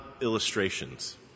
illustrations